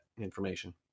information